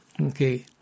Okay